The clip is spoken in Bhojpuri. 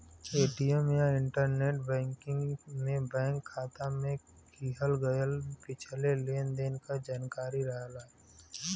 ए.टी.एम या इंटरनेट बैंकिंग में बैंक खाता में किहल गयल पिछले लेन देन क जानकारी रहला